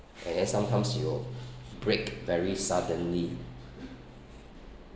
and then sometimes he'll brake very suddenly